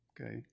okay